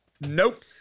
nope